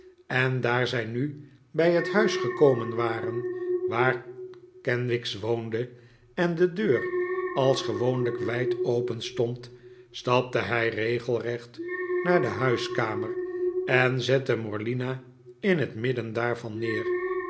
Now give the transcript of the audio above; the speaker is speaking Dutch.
en daar zij nu bij het huis gekomen waren waar kenwigs woonde en de deur als gewoonlijk wijd openstond stapte hij regelrecht naar de huiskamer en zette morlina in het midden daarvan neer